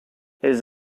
his